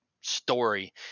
story